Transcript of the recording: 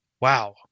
wow